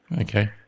Okay